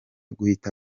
guhita